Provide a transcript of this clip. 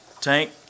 tank